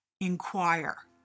inquire